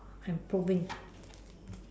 improving